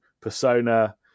persona